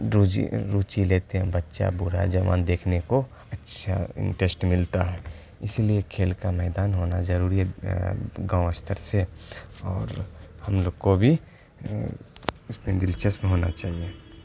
روجی روچی لیتے ہیں بچہ بوڑھا جوان دیکھنے کو اچھا انٹرسٹ ملتا ہے اسی لیے کھیل کا میدان ہونا ضروری ہے گاؤں استر سے اور ہم لوگ کو بھی اس میں دلچسپ ہونا چاہیے